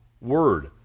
word